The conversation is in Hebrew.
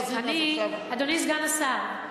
אני, אדוני סגן השר,